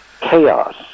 chaos